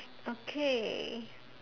okay